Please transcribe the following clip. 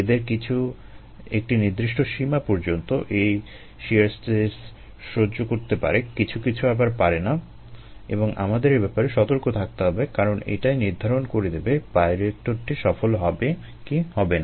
এদের কিছু একটি নির্দিষ্ট সীমা পর্যন্ত এই শিয়ার স্ট্রেস সহ্য করতে পারে কিছু কিছু আবার পারে না এবং আমাদের এ ব্যাপারে সতর্ক থাকতে হবে কারণ এটাই নির্ধারণ করে দেবে বায়োরিয়েক্টরটি সফল হবে কি হবে না